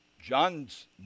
John's